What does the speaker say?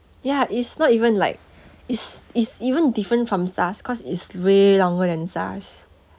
ya it's not even like it's it's even different from SARS cause it's way longer than SARS